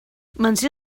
menció